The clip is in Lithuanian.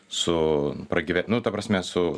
su pragyvennu ta prasme su